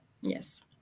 yes